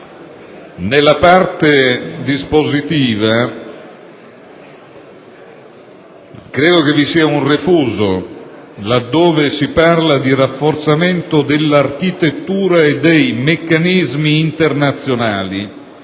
nella parte dispositiva credo vi sia un refuso, laddove si parla «del rafforzamento dell'architettura e dei meccanismi internazionali».